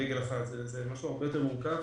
רגל אחת, זה משהו הרבה יותר מורכב.